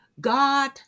God